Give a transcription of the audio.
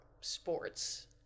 sports